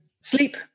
sleep